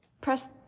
press